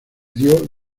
dio